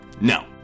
No